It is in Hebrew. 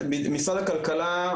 משרד הכלכלה,